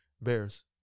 bears